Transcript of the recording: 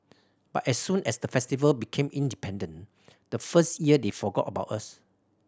but as soon as the Festival became independent the first year they forgot about us